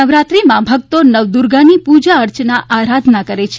નવરાત્રિમાં ભક્તો નવદુર્ગાની પૂજા અર્ચના આરાધના કરે છે